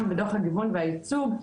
גם בדו"ח הגיוון והייצוג,